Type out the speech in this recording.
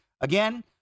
again